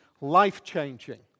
life-changing